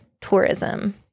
tourism